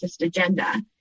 agenda